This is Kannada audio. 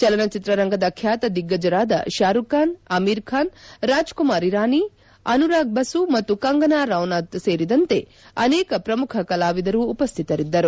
ಚಲನಚಿತ್ರರಂಗದ ಖ್ಯಾತ ದಿಗ್ಗಜರಾದ ಶಾರೂಖ್ ಖಾನ್ ಅಮೀರ್ಖಾನ್ ರಾಜ್ಕುಮಾರ್ ಇರಾನಿ ಅನುರಾಗ್ ಬಸು ಮತ್ತು ಕಂಗನಾ ರಾನೌತ್ ಸೇರಿದಂತೆ ಅನೇಕ ಪ್ರಮುಖ ಕಲಾವಿದರು ಉಪಸ್ಥಿತರಿದ್ದರು